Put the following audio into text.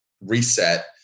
reset